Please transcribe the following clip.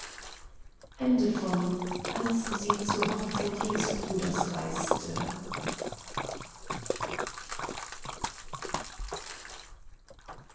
als sie zur hochzeit ihres bruders reiste